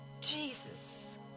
Jesus